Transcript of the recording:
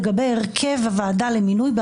בזכויות שזו היא הפרקטיקה של הדיון השיפוטי.